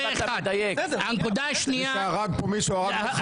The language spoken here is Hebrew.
מי שהרג פה, הרג מחבלים.